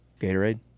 Gatorade